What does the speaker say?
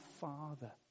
Father